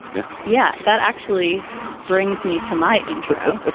yeah, yeah that actually brings me to my intro.